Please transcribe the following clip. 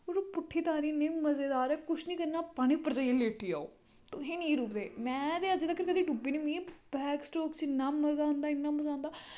और ओह् पुट्ठी तारी इन्नी मजेदार ऐ कुछ निं करना पानी उप्पर जाइयै लेट्टी जाओ तुसीं निं डुबदे में ते अजें तकर कदी डुब्बी निं मिगी बैक स्ट्रोक च इन्ना मजा आंदा इन्ना मजा आंदा